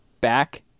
back